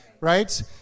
right